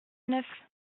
neuf